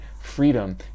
freedom